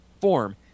form